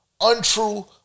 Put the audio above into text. untrue